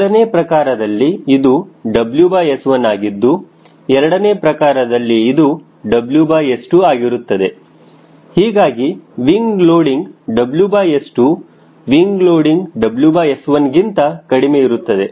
ಮೊದಲನೇ ಪ್ರಕಾರದಲ್ಲಿ ಇದು WS1 ಆಗಿದ್ದು ಎರಡನೇ ಪ್ರಕಾರದಲ್ಲಿ ಇದು WS2 ಆಗಿರುತ್ತದೆ ಹೀಗಾಗಿ wing loading WS2 wing loading WS1 ಗಿಂತ ಕಡಿಮೆ ಇರುತ್ತದೆ